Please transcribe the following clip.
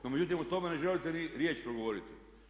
No međutim o tome ne želite ni riječ progovoriti.